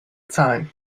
zahlen